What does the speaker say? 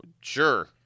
Sure